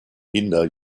kinder